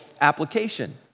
application